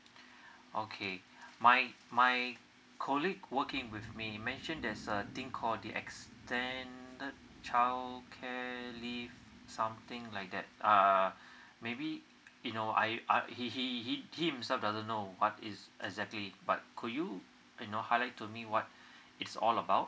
okay my my colleague working with me mention there's a thing call the extended childcare leave something like that uh maybe you know I he he he himself doesn't know what is exactly but could you you know highlight to me what it's all about